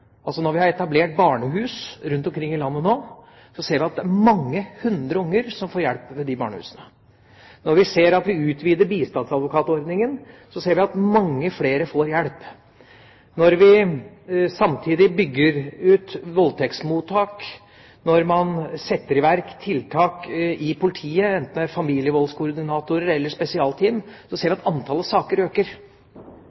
Når vi nå har etablert barnehus rundt omkring i landet, ser vi at det er mange hundre barn som får hjelp i de barnehusene. Når vi utvider bistandsadvokatsordningen, ser vi at mange flere får hjelp. Når vi samtidig bygger ut voldtektsmottak, når man setter i verk tiltak i politiet, enten det er familievoldskoordinatorer eller spesialteam, ser vi